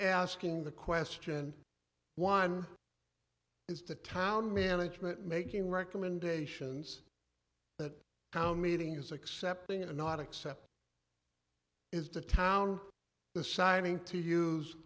asking the question one is the town management making recommendations that town meeting is accepting and not accept is to town the signing to use